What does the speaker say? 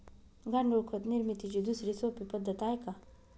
गांडूळ खत निर्मितीची दुसरी सोपी पद्धत आहे का?